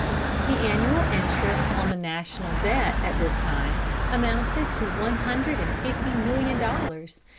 the annual interest on the national debt at this time amounted to one hundred and fifty million dollars.